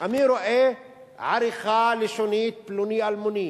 אני רואה: עריכה לשונית פלוני אלמוני.